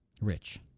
Rich